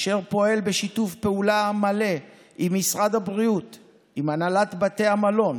אשר פועל בשיתוף פעולה מלא עם משרד הבריאות ועם הנהלת בתי המלון